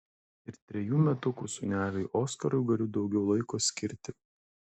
ir trejų metukų sūneliui oskarui galiu daugiau laiko skirti